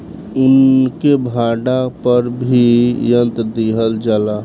उनके भाड़ा पर भी यंत्र दिहल जाला